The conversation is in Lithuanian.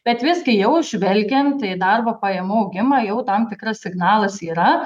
bet visgi jau žvelgiant į darbo pajamų augimą jau tam tikras signalas yra